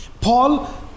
Paul